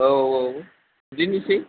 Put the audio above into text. औ औ बिदिनोसै